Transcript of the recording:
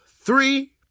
three